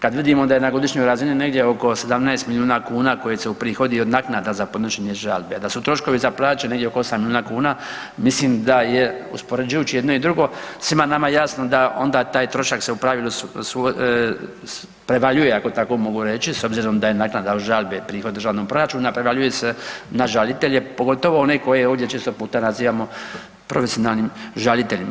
Kada vidimo da je na godišnjoj razini negdje oko 17 milijuna kuna koje se uprihodi od naknade za podnošenje žalbe, da su troškovi za plaće negdje oko 8 milijuna kuna, mislim da je uspoređujući jedno i drugo svima nama jasno da onda taj trošak se u pravilu prevaljuje, ako tako mogu reći, s obzirom da je naknada od žalbe prihod državnog proračuna, prevaljuje se na žalitelje, pogotovo one koje ovdje često puta nazivamo profesionalnim žaliteljima.